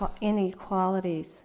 inequalities